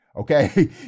Okay